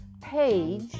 page